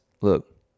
look